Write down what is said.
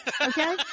Okay